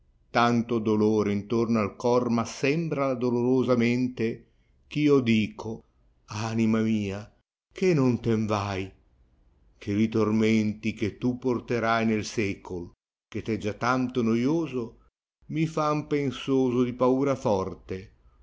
tanto dolore intorno al cor m assembra la dolorosa mente ch io dico anima mia che non ten vai che li tormenti ohe tu porterai nel secol che t è già tanto noioso mi fan pensoso di panra ibrte